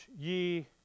ye